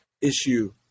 issue